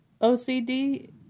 OCD